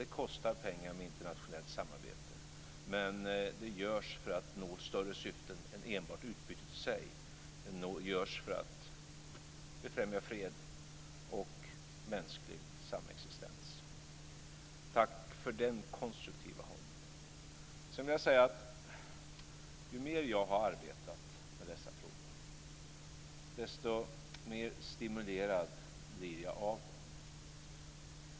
Det kostar pengar med internationellt samarbete, men det görs för att nå större syften än enbart utbytet i sig. Det görs för att befrämja fred och mänsklig samexistens. Tack för den konstruktiva hållningen! Ju mer jag har arbetat med dessa frågor desto mer stimulerad blir jag av dem.